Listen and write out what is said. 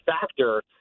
factor